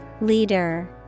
Leader